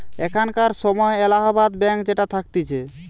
এখানকার সময় এলাহাবাদ ব্যাঙ্ক যেটা থাকতিছে